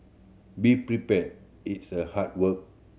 be prepared its a hard work